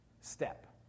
step